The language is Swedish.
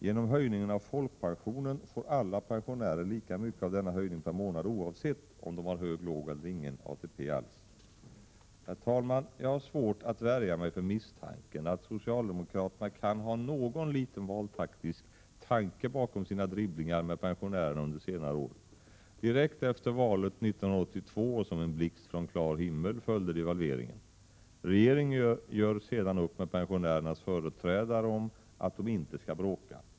Genom höjningen av folkpensionen får alla pensionärer lika mycket av denna höjning per månad oavsett om de har hög, låg eller ingen ATP alls. Herr talman! Jag har svårt att värja mig från misstanken att socialdemokraterna kan ha någon liten valtaktisk tanke bakom sina dribblingar med pensionerna under senare år. Direkt efter valet 1982 och som en blixt från klar himmel följde devalveringen. Regeringen gör sedän upp med pensionärernas företrädare om att de inte skall bråka.